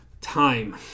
Time